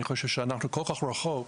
אני חושב שאנחנו כל כך רחוק.